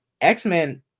X-Men